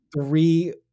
three